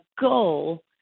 goal